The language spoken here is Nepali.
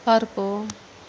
अर्को